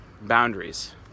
boundaries